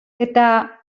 eta